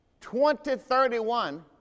2031